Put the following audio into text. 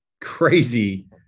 crazy